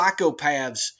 psychopaths